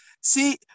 See